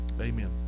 amen